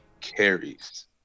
carries